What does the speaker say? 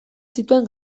zituen